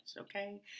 okay